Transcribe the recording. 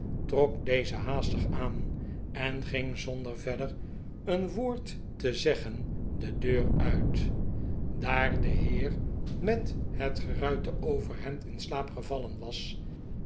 trok deze haastig aan en ging zonder verder een woord te zeggen de deur uit daar de heer met het geruite overhemd in slaap gevallen was